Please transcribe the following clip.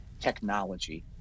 technology